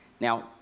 now